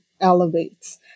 elevates